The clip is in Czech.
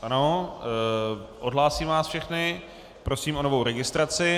Ano, odhlásím vás všechny, prosím o novou registraci.